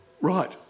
right